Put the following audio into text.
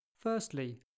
Firstly